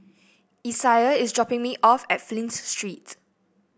Isiah is dropping me off at Flint Street